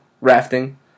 rafting